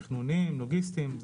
תכנוניים, לוגיסטיים.